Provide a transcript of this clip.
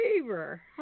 favor